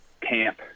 camp